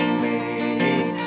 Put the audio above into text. made